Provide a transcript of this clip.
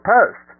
Post